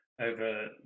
over